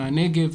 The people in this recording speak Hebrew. מהנגב,